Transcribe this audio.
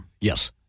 Yes